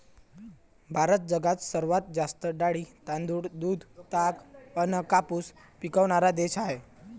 भारत जगात सर्वात जास्त डाळी, तांदूळ, दूध, ताग अन कापूस पिकवनारा देश हाय